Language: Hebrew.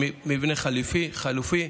מבנה חלופי.